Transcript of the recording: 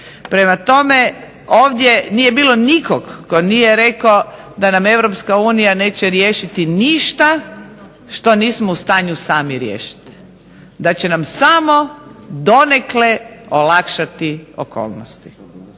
Prema tome ovdje nije bilo nikog tko nije rekao da nam EU neće riješiti ništa što nismo u stanju sami riješiti, da će nam samo donekle olakšati okolnosti